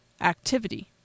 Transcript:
activity